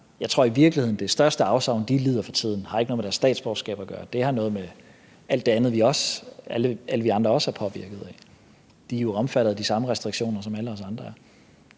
Jeg tror i virkeligheden, at det største afsavn, de lider for tiden, ikke har noget med deres statsborgerskab at gøre; det har noget at gøre med alt det andet, alle vi andre også er påvirket af. De er jo omfattet af de samme restriktioner som alle os andre.